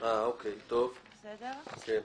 כן.